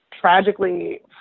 tragically